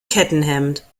kettenhemd